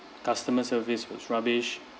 customer service was rubbish